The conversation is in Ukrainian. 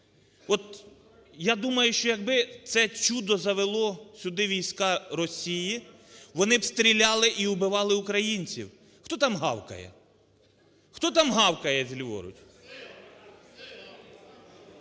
я думаю, що якби це чудо завело сюди війська Росії, вони б стріляли і вбивали українців. Хто там гавкає, хто там гавкає ліворуч?